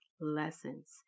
lessons